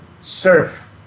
surf